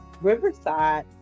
Riverside